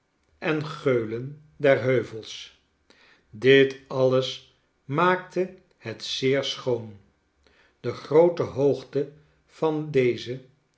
en geulen derheuvels dit alles maakte het zeer schoon de groote hoogte van deze